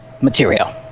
material